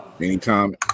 Anytime